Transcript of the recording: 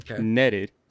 netted